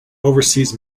overseas